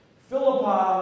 Philippi